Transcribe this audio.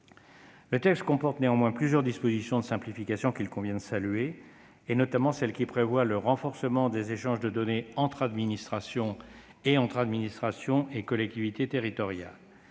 Le texte comporte néanmoins plusieurs mesures de simplification qu'il convient de saluer, notamment celle qui prévoit le renforcement des échanges de données entre administrations, ainsi qu'entre